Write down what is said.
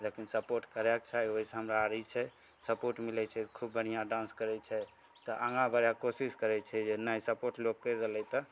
लेकिन सपोर्ट करैके छै ओहिसे हमरा ई छै सपोर्ट मिलै छै खूब बढ़िआँ डान्स करै छै तऽ आगाँ बढ़ैके कोशिश करै छै जे नहि सपोर्ट लोक करि रहलै तऽ